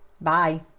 Bye